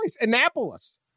Annapolis